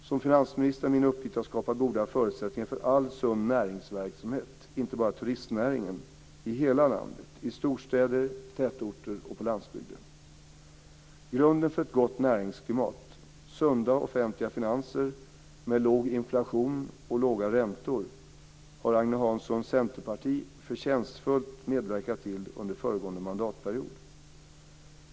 Som finansminister är min uppgift att skapa goda förutsättningar för all sund näringsverksamhet - inte bara turistnäringen - i hela landet, i storstäder, tätorter och på landsbygden. Grunden för ett gott näringsklimat - sunda offentliga finanser med låg inflation och låga räntor - har Agne Hanssons centerparti förtjänstfullt medverkat till under föregående mandatperiod.